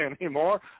anymore